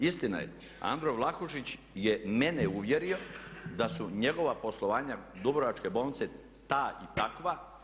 Istina je, Andro Vlahušić je mene uvjerio da su njegova poslovanja Dubrovačke bolnice ta i takva.